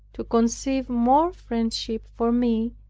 to conceive more friendship for me,